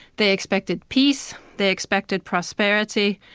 they expected peace, they expected prosperity,